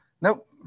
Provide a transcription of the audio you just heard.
Nope